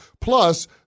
Plus